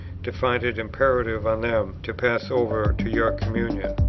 to find it imperative on them to pass over to your communion.